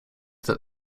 that